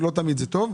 לא תמיד זה טוב.